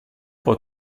può